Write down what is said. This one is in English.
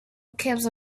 keeps